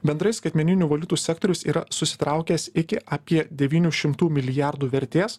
bendrai skaitmeninių valiutų sektorius yra susitraukęs iki apie devynių šimtų milijardų vertės